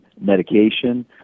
medication